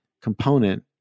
component